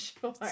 Sure